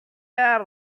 are